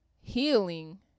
Healing